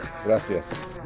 gracias